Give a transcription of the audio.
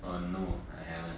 uh no I haven't